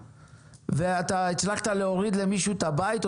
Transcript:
אתה הצלחת להוריד למישהו את הבית,